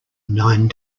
nine